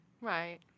Right